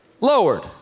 lowered